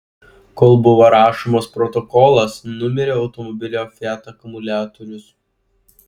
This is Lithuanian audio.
kol buvo rašomas protokolas numirė automobilio fiat akumuliatorius